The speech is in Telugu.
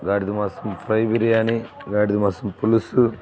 గాడిద మాసం ఫ్రై బిర్యానీ గాడిద మాసం పులుసు